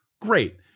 Great